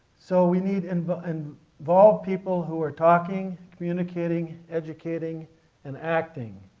so we need and but and involved people who are talking, communicating, educating and acting.